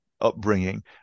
upbringing